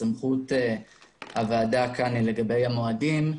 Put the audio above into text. זאת סמכות הוועדה לגבי המועדים,